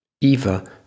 Eva